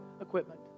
equipment